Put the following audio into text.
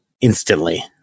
instantly